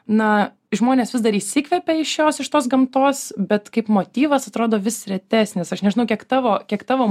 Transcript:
na žmonės vis dar įsikvepia iš jos iš tos gamtos bet kaip motyvas atrodo vis retesnis aš nežinau kiek tavo kiek tavo